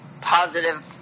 positive